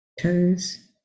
toes